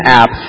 app